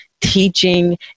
teaching